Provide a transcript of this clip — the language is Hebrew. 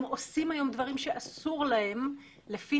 הם עושים היום דברים שאוסר להם לפי